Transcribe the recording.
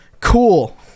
cool